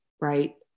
right